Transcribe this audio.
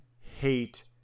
hate